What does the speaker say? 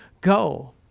go